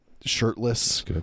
shirtless